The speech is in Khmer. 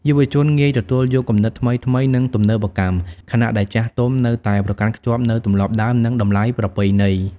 យុវជនងាយទទួលយកគំនិតថ្មីៗ និងទំនើបកម្ម ខណៈដែលចាស់ទុំនៅតែប្រកាន់ខ្ជាប់នូវទម្លាប់ដើម និងតម្លៃប្រពៃណី។